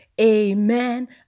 amen